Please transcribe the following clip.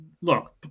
look